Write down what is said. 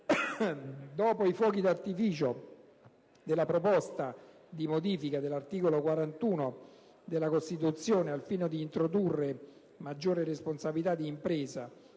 Dopo i fuochi d'artificio della proposta di modifica all'articolo 41 della Costituzione al fine di introdurre maggiore libertà di impresa,